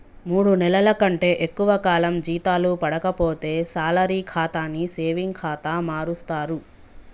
మూడు నెలల కంటే ఎక్కువ కాలం జీతాలు పడక పోతే శాలరీ ఖాతాని సేవింగ్ ఖాతా మారుస్తరు